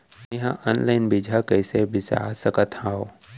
मे हा अनलाइन बीजहा कईसे बीसा सकत हाव